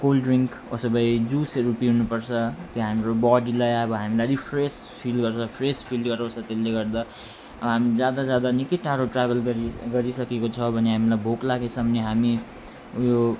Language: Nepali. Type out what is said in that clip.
कोल्ड ड्रिङ्क उसो भए जुसहरू पिउनुपर्छ त्यो हाम्रो बडीलाई अब हामीलाई रिफ्रेस फिल गर्छ फ्रेस फिल गराउँछ त्यसले गर्दा अब हामी जाँदा जाँदा निकै टाढो ट्राभल गरि गरिसकेको छ भने हामीलाई भोक लागेछ भने हामी ऊ यो